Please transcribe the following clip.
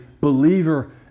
believer